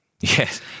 Yes